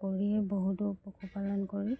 কৰিয়ে বহুতো পশুপালন কৰি